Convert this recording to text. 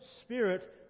spirit